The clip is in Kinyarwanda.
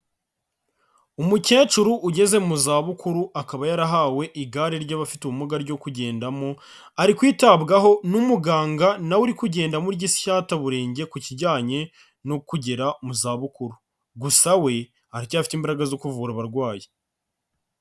Umukecuru ugeze mu zabukuru akaba yarahawe igare ry'abafite ubumuga ryo kugendamo, ari kwitabwaho n'umuganga na we uri kugenda amurya isyataburenge ku kijyanye no kugera mu zabukuru. Gusa we aracyafite imbaraga zo kuvura abarwayi.